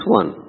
one